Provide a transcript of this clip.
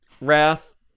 Wrath